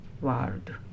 world